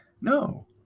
No